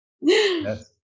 Yes